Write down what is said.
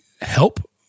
help